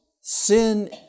sin